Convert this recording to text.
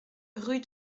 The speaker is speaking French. rue